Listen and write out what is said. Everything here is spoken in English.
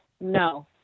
No